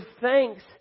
thanks